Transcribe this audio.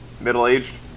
middle-aged